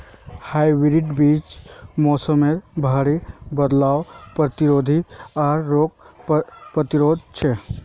hybrid बीज मोसमेर भरी बदलावर प्रतिरोधी आर रोग प्रतिरोधी छे